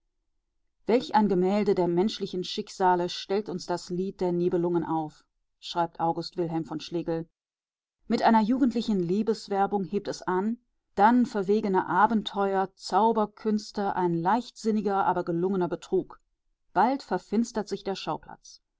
welch ein gemälde der menschlichen schicksale stellt uns das lied der nibelungen auf schreibt a w von schlegel mit einer jugendlichen liebeswerbung hebt es an dann verwegene abenteuer zauberkünste ein leichtsinniger aber gelungener betrug bald verfinstert sich der schauplatz